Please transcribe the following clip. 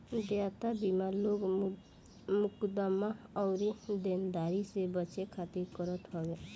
देयता बीमा लोग मुकदमा अउरी देनदारी से बचे खातिर करत हवे